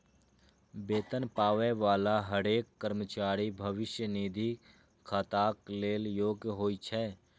वेतन पाबै बला हरेक कर्मचारी भविष्य निधि खाताक लेल योग्य होइ छै